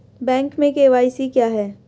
Bank में KYC क्या है?